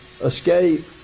escape